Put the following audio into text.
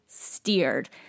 Steered